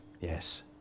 Yes